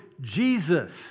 Jesus